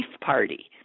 party